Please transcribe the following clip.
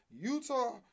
Utah